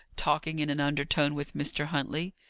talking in an undertone with mr. huntley.